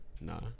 Nah